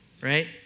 right